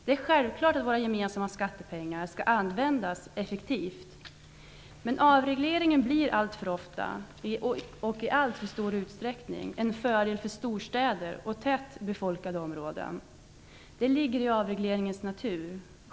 Det är självklart att våra gemensamma skattepengar skall användas effektivt, men avregleringen blir alltför ofta och i alltför stor utsträckning till fördel för storstäder och tätt befolkade områden. Det ligger i avregleringens natur.